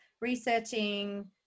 researching